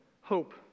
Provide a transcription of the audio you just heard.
hope